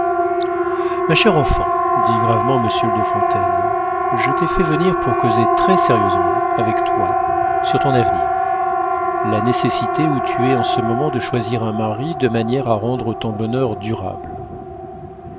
ma chère enfant dit gravement monsieur de fontaine je t'ai fait venir pour causer très-sérieusement avec toi sur ton avenir la nécessité où tu es en ce moment de choisir un mari de manière à rendre ton bonheur durable